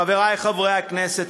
חברי חברי הכנסת,